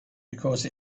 because